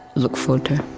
look forward to.